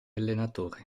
allenatore